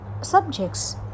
subjects